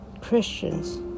Christians